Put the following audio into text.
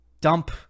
dump